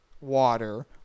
water